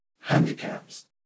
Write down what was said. handicaps